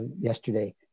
yesterday